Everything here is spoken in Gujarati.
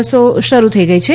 બસો શરૂ થઇ ગઇ છે